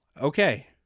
Okay